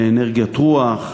לאנרגיית רוח,